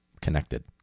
connected